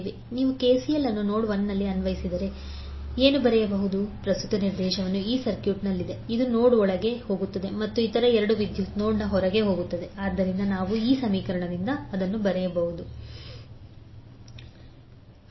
ನೀವು ಕೆಸಿಎಲ್ ಅನ್ನು ನೋಡ್ 1 ನಲ್ಲಿ ಅನ್ವಯಿಸಿದರೆ ನೀವು ಏನು ಬರೆಯಬಹುದು ಪ್ರಸ್ತುತ ನಿರ್ದೇಶನವು ಈ ಸೈಟ್ನಲ್ಲಿದೆ ಅದು ನೋಡ್ ಒಳಗೆ ಹೋಗುತ್ತದೆ ಮತ್ತು ಇತರ 2 ವಿದ್ಯುತ್ ನೋಡ್ನ ಹೊರಗೆ ಹೋಗುತ್ತವೆ ಆದ್ದರಿಂದ ನಾವು ಬರೆಯಬಹುದು 20 V110V1 j2